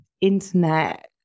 Internet